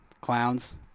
clowns